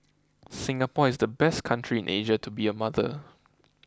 Singapore is the best country in Asia to be a mother